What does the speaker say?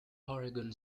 oregon